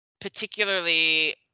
particularly